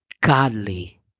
godly